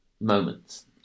moments